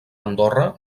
andorra